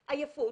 עייפות,